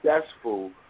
successful